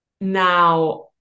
Now